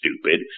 stupid